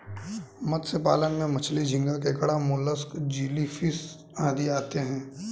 मत्स्य पालन में मछली, झींगा, केकड़ा, मोलस्क, जेलीफिश आदि आते हैं